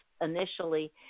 initially